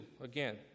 again